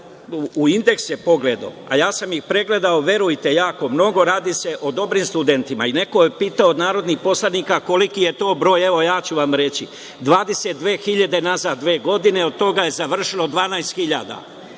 u indekse, a ja sam ih pregledao verujte jako mnogo, radi se o dobrim studentima i neko je pitao od narodnih poslanika koliki je to broj, a evo, ja ću vam reći – 22.000 nazad dve godine, od toga je završilo 12.000.